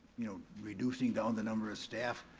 you know, reducing down the number of staff.